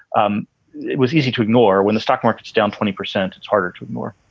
um it was easy to ignore when the stock market's down twenty percent. it's harder to move more